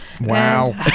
Wow